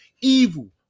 evil